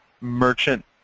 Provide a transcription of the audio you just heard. merchant